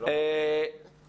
הוא